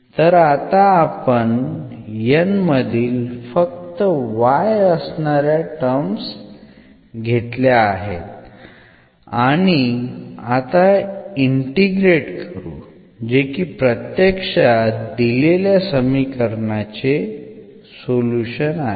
तर आता आपण N मधील फक्त y असणाऱ्या टर्म्स घेतल्या आहेत आणि आता इंटिग्रेट करू जे की प्रत्यक्षात दिलेल्या समीकरणाचे सोल्युशन आहे